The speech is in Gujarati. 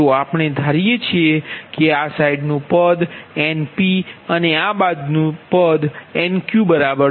તો આપણે ધારીએ છીએ કે આ સાઈડ નુ પદ Npછે અને આ બાજુ Nqબરાબર